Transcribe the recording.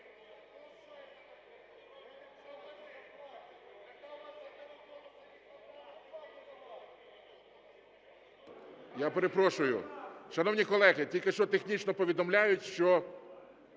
Я перепрошую, шановні колеги, тільки що технічно повідомляють, що